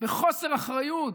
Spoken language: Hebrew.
בחוסר אחריות,